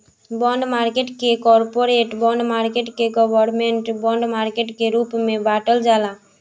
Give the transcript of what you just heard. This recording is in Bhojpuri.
बॉन्ड मार्केट के corporate bond market government bond market के रूप में बॉटल जाला